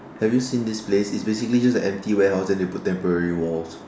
have you seen this place it's basically just an empty warehouse then they put temporary walls